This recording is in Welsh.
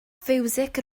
fiwsig